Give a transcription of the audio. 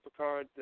SuperCard